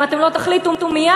אם אתם לא תחליטו מייד,